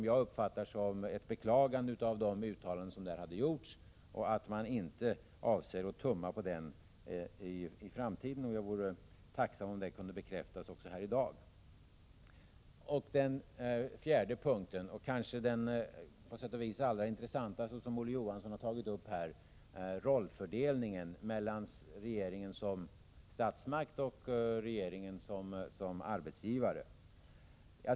Jag uppfattar det som ett beklagande av de uttalanden som hade gjorts och att man inte avser att tumma på den rätten i framtiden. Jag vore tacksam om det kunde bekräftas också här i dag. Den fjärde och på sitt sätt allra intressantaste punkten — som Olof Johansson också tog upp — är rollfördelningen mellan regeringen som statsmakt och regeringen som arbetsgivare.